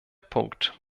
punkt